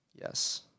Yes